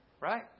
Right